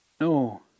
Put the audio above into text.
No